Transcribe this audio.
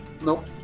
nope